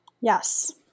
Yes